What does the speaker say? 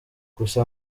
gusa